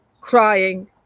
crying